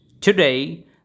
Today